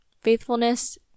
faithfulness